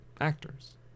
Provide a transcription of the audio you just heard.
actors